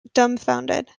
dumbfounded